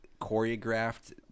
choreographed